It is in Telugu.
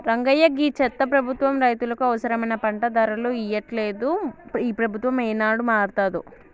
రంగయ్య గీ చెత్త ప్రభుత్వం రైతులకు అవసరమైన పంట ధరలు ఇయ్యట్లలేదు, ఈ ప్రభుత్వం ఏనాడు మారతాదో